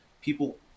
people